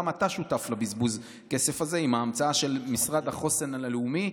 גם אתה שותף לבזבוז כסף הזה עם ההמצאה של המשרד לחוסן לאומי,